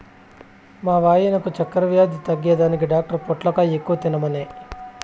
మా వాయినకు చక్కెర వ్యాధి తగ్గేదానికి డాక్టర్ పొట్లకాయ ఎక్కువ తినమనె